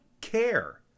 care